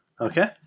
okay